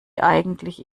eigentlich